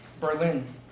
Berlin